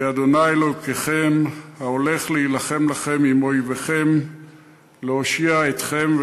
'כי ה' אלקיכם ההֹלך עמכם להלחם לכם עם איֹביכם להושיע אתכם',